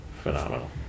phenomenal